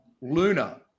Luna